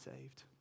saved